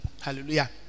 Hallelujah